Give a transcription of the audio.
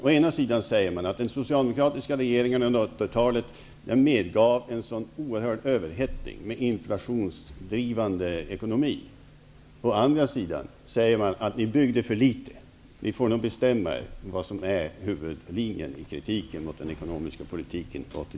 Å ena sidan säger man att den socialdemokratiska regeringen under 80-talet medgav en sådan oerhörd överhettning, med inflationsdrivande ekonomi. Å andra sidan säger man att det byggdes för litet. Ni får nog bestämma er för vad som är huvudlinjen i kritiken mot den ekonomiska politiken under 80